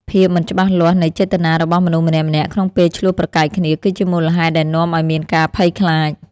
ភាពមិនច្បាស់លាស់នៃចេតនារបស់មនុស្សម្នាក់ៗក្នុងពេលឈ្លោះប្រកែកគ្នាគឺជាមូលហេតុដែលនាំឱ្យមានការភ័យខ្លាច។